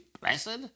Blessed